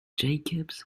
jacobs